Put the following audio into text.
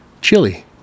Chili